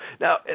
Now